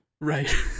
Right